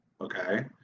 okay